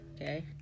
Okay